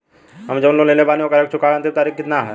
हम जवन लोन लेले बानी ओकरा के चुकावे अंतिम तारीख कितना हैं?